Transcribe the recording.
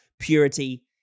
purity